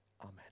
Amen